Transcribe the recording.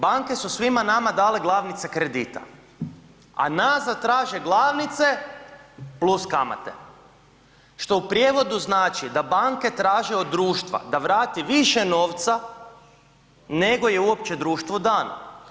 Banke su svima nama dale glavnice kredita, a nazad traže glavnice plus kamate, što u prijevodu znači da banke traže od društva da vrati više novca nego je uopće društvu dano.